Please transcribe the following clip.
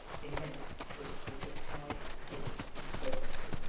immense was the supply of heads and bones,